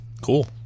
Cool